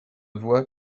vois